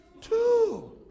two